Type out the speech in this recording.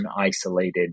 isolated